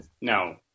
no